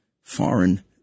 foreign